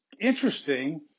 interesting